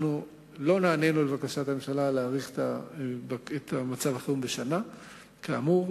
לא נענינו לבקשת הממשלה להאריך את מצב החירום בשנה כאמור,